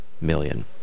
million